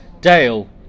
Dale